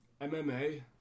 MMA